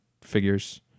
figures